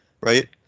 right